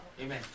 Amen